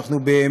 כי החוק הזה,